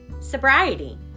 sobriety